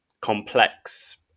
complex